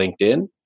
linkedin